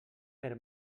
per